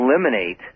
eliminate